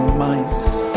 mice